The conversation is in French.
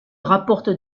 rapporte